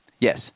Yes